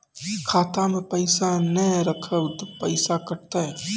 खाता मे पैसा ने रखब ते पैसों कटते?